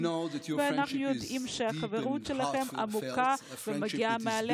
ואנחנו יודעים שהחברות שלכם עמוקה ומגיעה מהלב.